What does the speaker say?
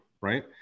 right